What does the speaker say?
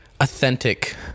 authentic